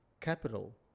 capital